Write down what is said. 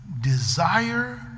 desire